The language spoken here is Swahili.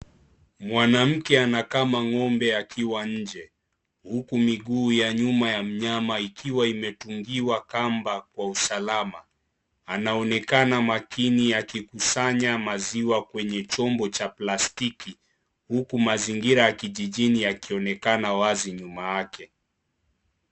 Mwanamke anakama ng'ombe akiwa nje. Huku miguu ya nyuma ya mnyama ikiwa imetungiwa kamba kwa usalama. Anaonekana makini akikusanya maziwa kwenye chombo cha plastiki. Huku mazingira ya kijijini yakionekana wazi nyuma yake.